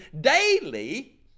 daily